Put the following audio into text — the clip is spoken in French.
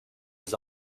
les